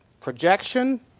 Projection